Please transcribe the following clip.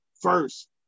first